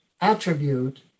attribute